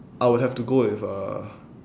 I would have to go with uh